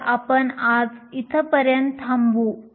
तर आपण आज इथपर्यंत थांबू